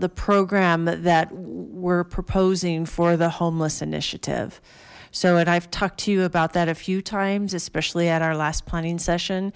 the program that we're proposing for the homeless initiative so and i've talked to you about that a few times especially at our last planning session